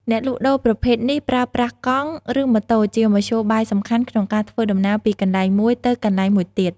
អ្នកលក់ដូរប្រភេទនេះប្រើប្រាស់កង់ ឬម៉ូតូជាមធ្យោបាយសំខាន់ក្នុងការធ្វើដំណើរពីកន្លែងមួយទៅកន្លែងមួយទៀត។